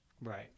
Right